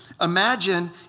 Imagine